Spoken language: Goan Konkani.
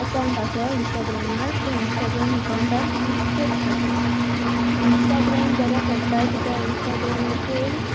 अकवंट आसा इंस्टाग्रेमार त्या इंस्टाग्रेाम अकवंटार हांव पोस्ट करता इंस्टाग्रॅाम बरो पडटा कित्या इंस्टाग्रेमाचेर